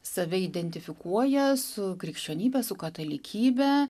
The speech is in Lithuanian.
save identifikuoja su krikščionybe su katalikybe